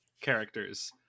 characters